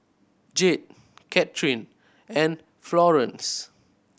Jade Kathryn and Florance